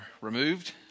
removed